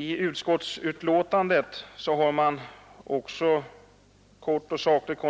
I utskottsbetänkandet anförs kort och sakligt